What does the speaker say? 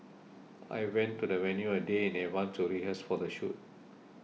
I went to the venue a day in advance to rehearse for the shoot